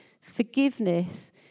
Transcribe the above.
forgiveness